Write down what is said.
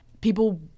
people